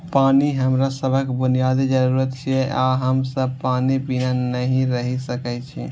पानि हमरा सभक बुनियादी जरूरत छियै आ हम सब पानि बिना नहि रहि सकै छी